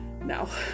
no